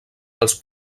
els